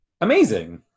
Amazing